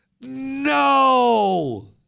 No